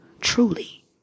truly